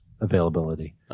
availability